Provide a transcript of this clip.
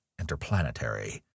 interplanetary